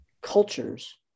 cultures